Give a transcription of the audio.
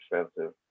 expensive